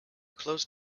close